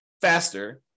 faster